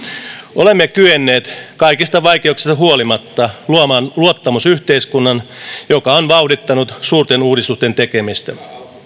olemme kyenneet kaikista vaikeuksista huolimatta luomaan luottamusyhteiskunnan joka on vauhdittanut suurten uudistusten tekemistä